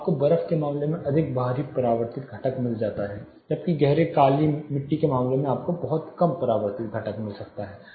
तो आपको बर्फ के मामले में अधिक बाहरी परावर्तित घटक मिल सकता है जबकि गहरे गीली काली मिट्टी के मामले में आपको बहुत कम परावर्तित घटक मिल सकता है